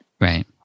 right